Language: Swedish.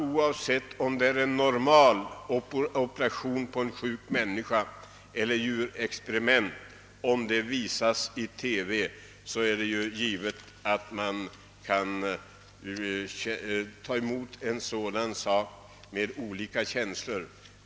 Oavsett om det är en normal operation på en sjuk människa eller ett djurexperiment som visas i TV, kan programmet väcka blandade känslor.